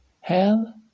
hell